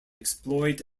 exploit